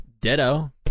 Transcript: ditto